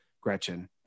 Gretchen